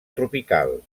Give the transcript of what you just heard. tropical